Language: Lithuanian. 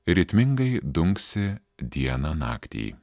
ritmingai dunksi dieną naktį